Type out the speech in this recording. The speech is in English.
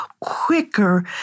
quicker